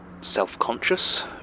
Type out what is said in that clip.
self-conscious